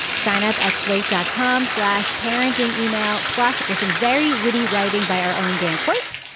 sign up at slate dot com slash parenting email. plus there's some very witty writing by our own dan coats.